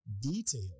detail